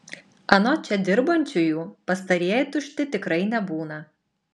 anot čia dirbančiųjų pastarieji tušti tikrai nebūna